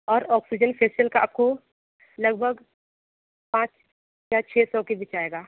और oxygen facial का आपको लगभग पाँच या छः सौ के बीच आएगा